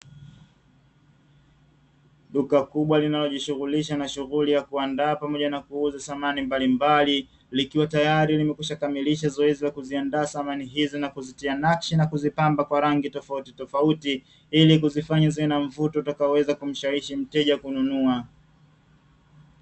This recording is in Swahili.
Duka kubwa linalojishughulisha na shughuli kuandaa pamoja na kuuzaji wa samani mbalimbali likiwa tayari limekwisha kukamilisha zoezi la kuziandaa samani hizo, na kuzitia nakshi na kuzipamba na rangi tofauti tofauti ili kuzifanya ziwe na mvuto utakao weza kumshawishi mteja kununua.